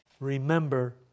Remember